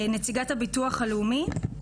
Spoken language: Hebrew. נציגת הביטוח הלאומי.